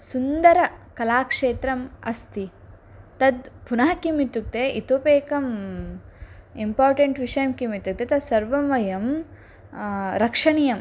सुन्दरकलाक्षेत्रम् अस्ति तद् पुनः किम् इत्युक्ते इतोपि एकम् इम्पार्टेण्ट् विषयं किमित्युक्ते तत्सर्वं वयं रक्षणीयम्